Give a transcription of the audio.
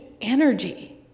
energy